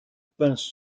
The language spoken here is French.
pince